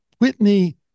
Whitney